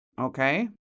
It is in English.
Okay